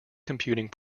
computing